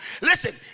Listen